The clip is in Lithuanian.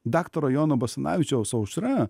daktaro jono basanavičiaus aušra